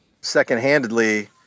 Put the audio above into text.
second-handedly